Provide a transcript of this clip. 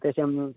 तेषाम्